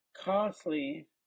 costly